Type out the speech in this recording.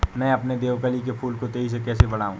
मैं अपने देवकली के फूल को तेजी से कैसे बढाऊं?